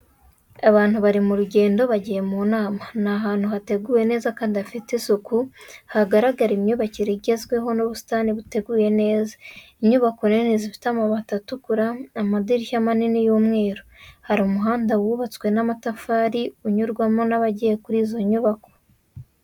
Abantu bari mu rugendo bagiye mu nama. Ni ahantu hateguwe neza kandi hafite isuku, hagaragara imyubakire igezweho n’ubusitani buteguye neza. Inyubako nini zifite amabati atukura, amadirishya manini y'umweru. Hari umuhanda wubatswe n’amatafari, unyurwamo n'abagiye kuri izo nyubako.